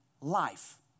life